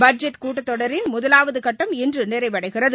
budget கூட்டத் தொடரின் முதலாவதுகட்டம் இன்றுநிறைவடைகிறது